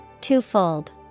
Twofold